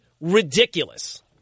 ridiculous